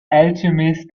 alchemist